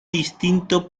distinto